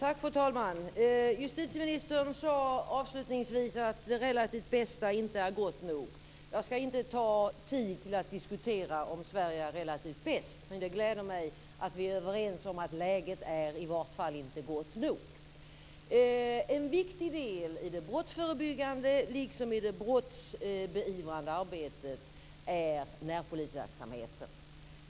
Fru talman! Justitieministern sade avslutningsvis att det relativt sett bästa inte är gott nog. Jag ska inte ta upp tid med att diskutera om Sverige är relativt sett bäst, men det gläder mig att vi är överens om att läget i vart fall inte är gott nog. En viktig del i det brottsförebyggande arbetet, liksom i det brottsbeivrande arbetet, är närpolisverksamheten.